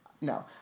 No